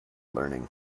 learning